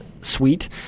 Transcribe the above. suite